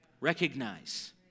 recognize